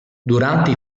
durante